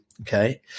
okay